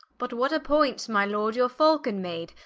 but what a point, my lord, your faulcon made,